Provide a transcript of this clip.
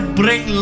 bring